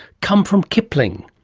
come from kipling.